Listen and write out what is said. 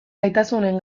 gaitasunen